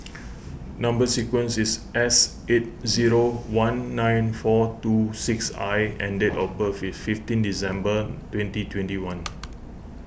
Number Sequence is S eight zero one nine four two six I and date of birth is fifteen December twenty twenty one